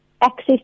Access